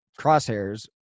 crosshairs